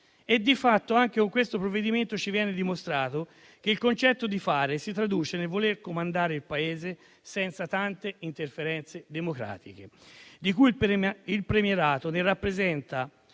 Di fatto, anche con questo provvedimento ci viene dimostrato che il concetto di fare si traduce nel voler comandare il Paese senza tante interferenze democratiche, di cui il premierato rappresenta